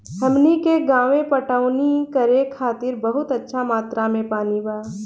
हमनी के गांवे पटवनी करे खातिर बहुत अच्छा मात्रा में पानी बा